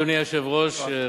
אדוני היושב-ראש,